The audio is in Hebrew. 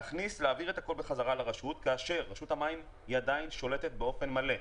להעביר את הכול חזרה לרשות כאשר רשות המים עדיין שולטת באופן מלא.